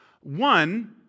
One